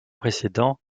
précédent